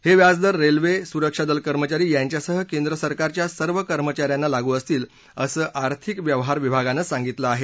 हे व्याज दर रेल्वे सुरक्षा दल कर्मचारी यांच्यासह केंद्र सरकारच्या सर्व कर्मचा यांना लागू असतील असं आर्थिक व्यवहार विभागानं सांगितलं आहे